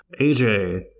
AJ